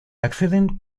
acceden